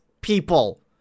people